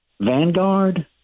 Vanguard